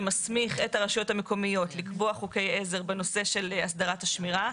שמסמיך את הרשויות המקומיות לקבוע חוקי עזר בנושא של הסדרת השמירה,